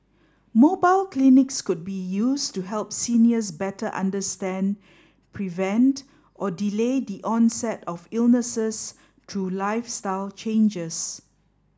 mobile clinics could be used to help seniors better understand prevent or delay the onset of illnesses through lifestyle changes